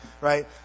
right